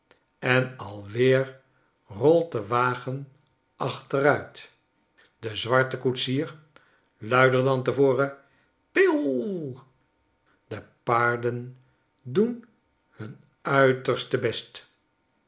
en alweer rolt de wagen achteruit de zwarte koetsier luider dan te voren api i i ll de paarden doen hun uiterste best